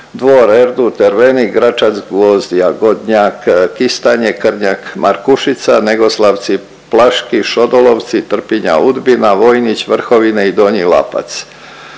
Dvor, Erdut, Drvenik, Gračac, Gvozd, Jagodnjak, Kistanje, Krnjak, Markušica, Negoslavci, Plaški, Šodolovci, Trpinja, Udbina, Vojnić, Vrhovine i Donji Lapac.